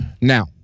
Now